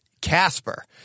Casper